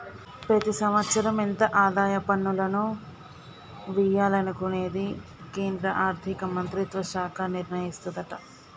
ప్రతి సంవత్సరం ఎంత ఆదాయ పన్నులను వియ్యాలనుకునేది కేంద్రా ఆర్థిక మంత్రిత్వ శాఖ నిర్ణయిస్తదట